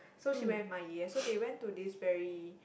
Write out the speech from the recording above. so she went with my 爷爷 so they went to this very